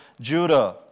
Judah